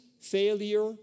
failure